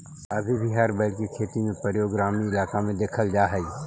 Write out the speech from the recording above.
अभी भी हर बैल के खेती में प्रयोग ग्रामीण इलाक में देखल जा हई